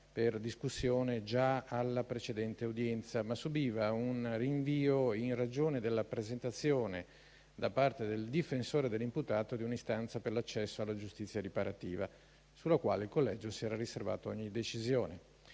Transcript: per discussione già alla precedente udienza, ma subiva un rinvio in ragione della presentazione, da parte del difensore dell'imputato, di un'istanza per l'accesso alla giustizia riparativa, sulla quale il collegio si era riservato ogni decisione.